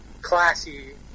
classy